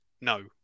no